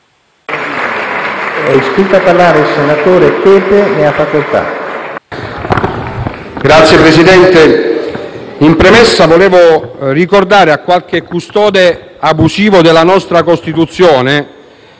Signor Presidente, in premessa vorrei ricordare a qualche custode abusivo della nostra Costituzione